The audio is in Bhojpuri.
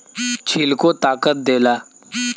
छिलको ताकत देला